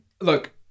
Look